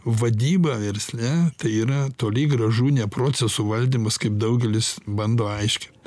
vadyba versle tai yra toli gražu ne procesų valdymas kaip daugelis bando aiškint